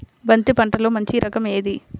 బంతి పంటలో మంచి రకం ఏది?